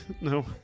No